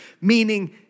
meaning